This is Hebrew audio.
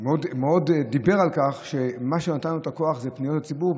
הוא דיבר רבות על כך שמה שנתן לו את הכוח זה פניות הציבור.